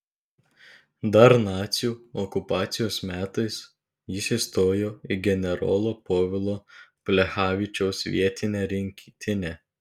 dar nacių okupacijos metais jis įstojo į generolo povilo plechavičiaus vietinę rinktinę